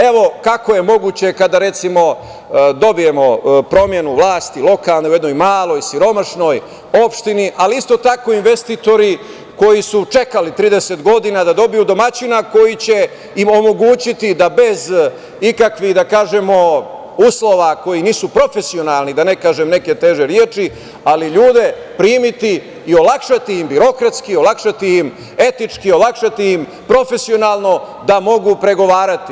Evo kako je moguće kada, recimo, dobijemo promenu lokalne vlasti u jednoj maloj, siromašnoj opštini, ali isto tako investitori koji su čekali 30 godina da dobiju domaćina koji će im omogućiti da bez ikakvih, da kažemo, uslova koji nisu profesionalni, da ne kažem neke teže reči, ali ljude primiti i olakšati im birokratski, olakšati im etički, olakšati im profesionalno da mogu pregovarati.